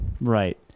right